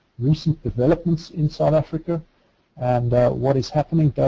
recent developments in south africa and what is happening.